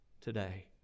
today